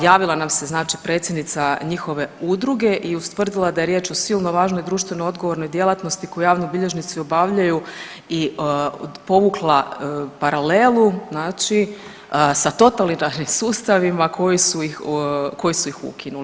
Javila nam se znači predsjednica njihove udruge i ustvrdila da je riječ o silno važnoj društveno odgovornoj djelatnosti koju javni bilježnici obavljaju i povukla paralelu, znači sa totalitarnim sustavima koji su ih ukinuli.